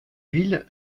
villes